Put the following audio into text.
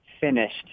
finished